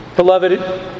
Beloved